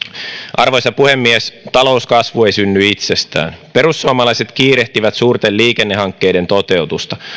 arvoisa puhemies talouskasvu ei synny itsestään perussuomalaiset kiirehtivät suurten liikennehankkeiden toteutusta